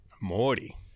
Morty